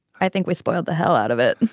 i think we spoiled the hell out of it.